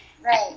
right